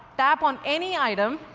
tap on any item,